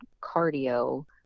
cardio